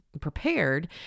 prepared